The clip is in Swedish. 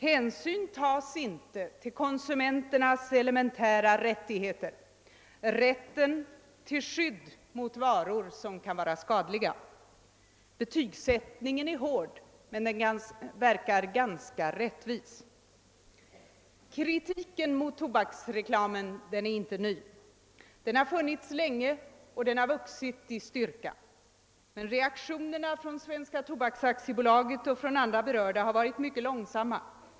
Hänsyn tas inte till konsumenternas elementära rättigheter, rätten till skydd mot varor som kan vara skadliga. Betygsättningen är hård men verkar ganska rättvis. Kritiken mot tobaksreklamen är inte ny. Den har funnits länge och vuxit i styrka, men reaktionerna från Svenska tobaks AB och från andra berörda har varit mycket långsamma.